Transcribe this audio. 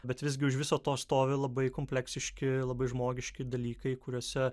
bet visgi už viso to stovi labai kompleksiški labai žmogiški dalykai kuriuose